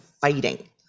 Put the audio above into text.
fighting